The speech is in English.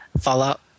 Fallout